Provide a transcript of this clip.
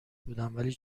بودم، ولی